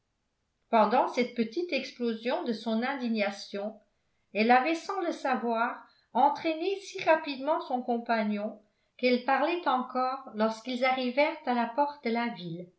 pendant cette petite explosion de son indignation elle avait sans le savoir entraîné si rapidement son compagnon qu'elle parlait encore lorsqu'ils arrivèrent à la porte de la ville